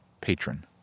patron